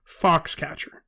Foxcatcher